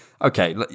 okay